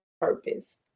purpose